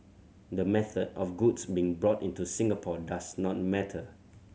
the method of goods being brought into Singapore does not matter